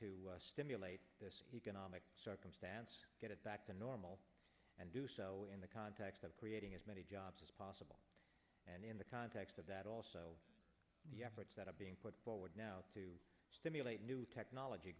to stimulate this economic circumstance get back to normal and do so in the context of creating as many jobs as possible and in the context of that also the efforts that are being put forward now to stimulate new technology